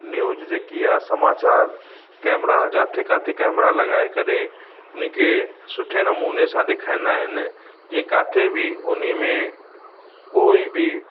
news जेकी आहे समाचार कैमरा जिते किथे कैमरा लगाए करे उन खे सुठे नमूने सां ॾेखारींदा आहिनि जीअं किथे बि उन में कोई बि